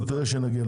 תראה כשנגיע לזה.